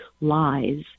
lies